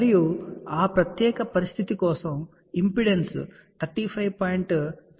మరియు ఆ ప్రత్యేక పరిస్థితి కోసం ఇంపిడెన్స్ 35